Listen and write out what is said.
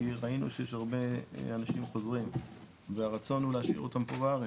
ולכן אנחנו נשקיע הרבה מאוד במדינות הסובבות כדי להביא אותם לישראל.